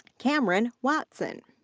cameron watson.